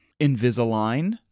Invisalign